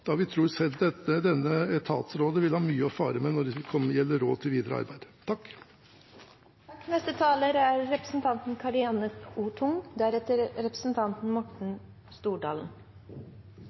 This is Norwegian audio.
da vi tror dette etatsrådet vil ha mye å fare med når det gjelder råd til videre arbeid.